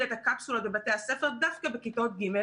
את הקפסולות בבתי הספר דווקא בכיתות ג',